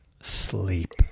sleep